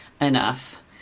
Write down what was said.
enough